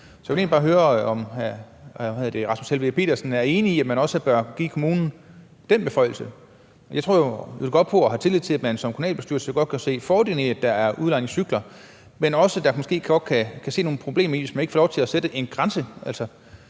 Så jeg vil egentlig bare høre, om hr. Rasmus Helveg Petersen er enig i, at man også bør give kommunen den beføjelse. Jeg tror jo og har tillid til, at man som kommunalbestyrelse godt kan se fordelen i, at der er udlejningscykler, men også godt kan se nogle problemer i det, hvis man ikke får lov til at sætte en grænse.